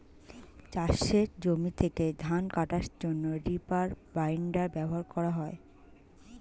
চাষের জমি থেকে ধান কাটার জন্যে রিপার বাইন্ডার ব্যবহার করে